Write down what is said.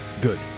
good